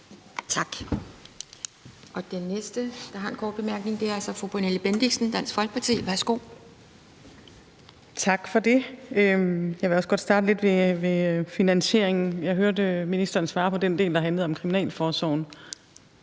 Tak. Den næste, der har en kort bemærkning, er fru Pernille Bendixen, Dansk Folkeparti. Værsgo. Kl. 12:08 Pernille Bendixen (DF): Tak for det. Jeg vil også godt starte med at tale lidt om finansieringen. Jeg hørte ministeren svare på den del, der handlede om kriminalforsorgen,